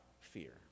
fear